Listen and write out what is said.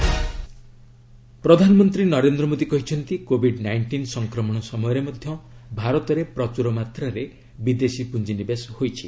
PM ପ୍ରଧାନମନ୍ତ୍ରୀ ନରେନ୍ଦ୍ର ମୋଦୀ କହିଛନ୍ତି covid nineteen ସଂକ୍ରମଣ ସମୟରେ ମଧ୍ୟ ଭାରତରେ ପ୍ରଚୁର ମାତ୍ରାରେ ବିଦେଶୀ ପୁଞ୍ଜିନିବେଶ ହୋଇଛି